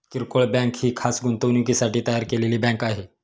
किरकोळ बँक ही खास गुंतवणुकीसाठी तयार केलेली बँक आहे